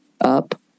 up